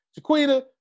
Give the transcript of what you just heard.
Jaquita